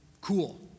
Cool